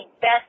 best